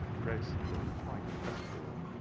gregson looked quite crest-fallen.